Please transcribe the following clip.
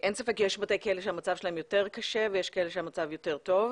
אין ספק שיש בתי כלא שהמצב שלהם יותר קשה ויש כאלה שהמצב יותר טוב.